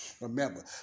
Remember